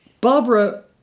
Barbara